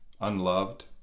unloved